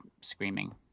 screaming